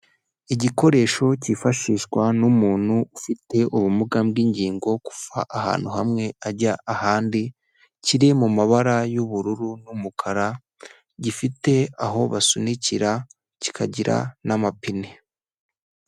Igikoresho cyifashishwa n'umuntu ufite ubumuga bw'ingingo, kuva ahantu hamwe ajya ahandi, kiri mu mabara y'ubururu n'umukara, gifite aho basunikira kikagira n'amapine.